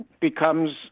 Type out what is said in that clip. becomes